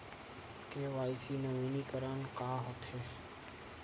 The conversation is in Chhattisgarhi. के.वाई.सी नवीनीकरण का होथे?